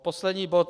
Poslední bod.